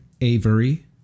Avery